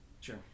Sure